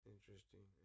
Interesting